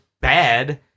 bad